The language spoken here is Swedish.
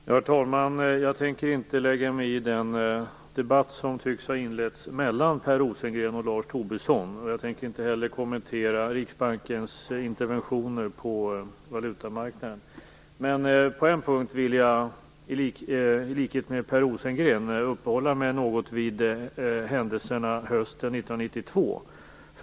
Herr talman! Jag tänker inte lägga mig i den debatt som tycks ha inletts mellan Per Rosengren och Lars Tobisson, och jag tänker inte heller kommentera På en punkt vill jag ändå i likhet med Per Rosengren uppehålla mig något vid händelserna hösten 1992.